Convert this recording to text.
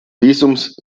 visums